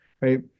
right